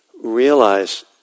realize